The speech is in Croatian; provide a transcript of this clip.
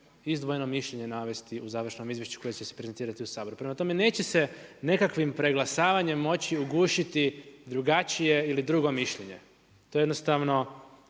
završno mišljenje navesti u završnom izvješću koje ćete prezentirati u Saboru, prema tome neće se nekakvim preglasavanjem moći ugušiti drugačije ili drugo mišljenje, to jednostavno